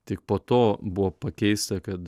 tik po to buvo pakeista kad